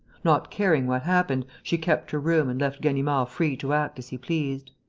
not caring what happened, she kept her room and left ganimard free to act as he pleased.